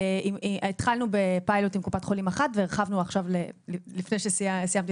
התחלנו בפיילוט עם קופת חולים אחת ולפני שסיימתי